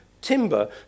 timber